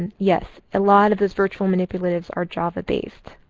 and yes. a lot of those virtual manipulatives are java based.